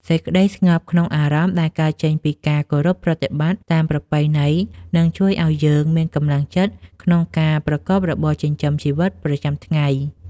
សេចក្តីស្ងប់ក្នុងអារម្មណ៍ដែលកើតចេញពីការគោរពប្រតិបត្តិតាមប្រពៃណីនឹងជួយឱ្យយើងមានកម្លាំងចិត្តក្នុងការប្រកបរបរចិញ្ចឹមជីវិតប្រចាំថ្ងៃ។